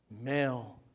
Male